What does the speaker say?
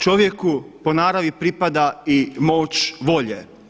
Čovjeku po naravi pripada i moć volje.